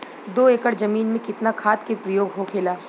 दो एकड़ जमीन में कितना खाद के प्रयोग होखेला?